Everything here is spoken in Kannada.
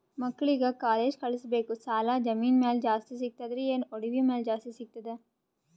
ಮಕ್ಕಳಿಗ ಕಾಲೇಜ್ ಕಳಸಬೇಕು, ಸಾಲ ಜಮೀನ ಮ್ಯಾಲ ಜಾಸ್ತಿ ಸಿಗ್ತದ್ರಿ, ಏನ ಒಡವಿ ಮ್ಯಾಲ ಜಾಸ್ತಿ ಸಿಗತದ?